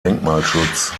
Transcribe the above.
denkmalschutz